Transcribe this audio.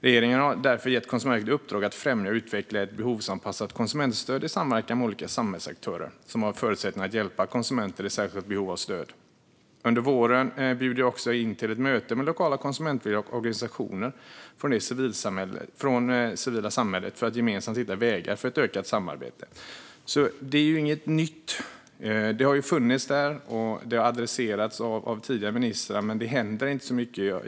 Regeringen har därför gett Konsumentverket i uppdrag att främja och utveckla ett behovsanpassat konsumentstöd i samverkan med olika samhällsaktörer som har förutsättningar att hjälpa konsumenter i särskilt behov av stöd. Under våren bjuder jag också in till ett möte med lokala konsumentvägledare och organisationer från det civila samhället för att gemensamt hitta vägar för ett ökat samarbete." Detta är alltså inget nytt. Det har funnits där och har adresserats av tidigare ministrar, men det händer inte så mycket.